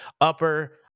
upper –